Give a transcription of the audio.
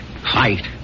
Fight